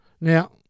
Now